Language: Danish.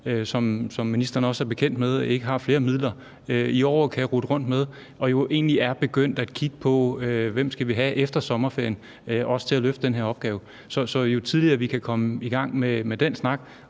som ministeren også er bekendt med ikke har flere midler i år at rutte med, og hvor man jo egentlig er begyndt at kigge på, hvem vi efter sommerferien skal have til at løfte den her opgave. Så jo tidligere vi kan komme i gang med den snak,